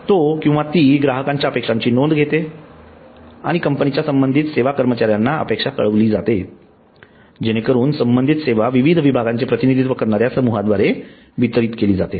तो किंवा ती ग्राहकांच्या अपेक्षाची नोंद घेते आणि कंपनीच्या संबंधित सेवा कर्मचार्यांना अपेक्षा कळविळी जाते जेणेकरून संबंधित सेवा विविध विभागाचे प्रतिनिधित्व करणाऱ्या समूहाद्वारे वितरित केली जाते